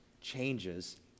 changes